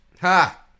Ha